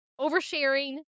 oversharing